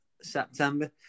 September